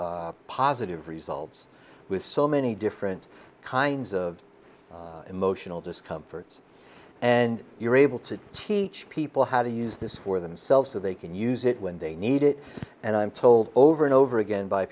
extraordinarily positive results with so many different kinds of emotional discomforts and you're able to teach people how to use this for themselves so they can use it when they need it and i'm told over and over again by